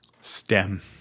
STEM